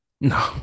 No